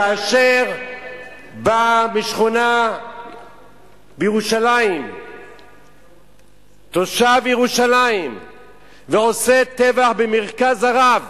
כאשר בא משכונה בירושלים תושב ירושלים ועושה טבח ב"מרכז הרב",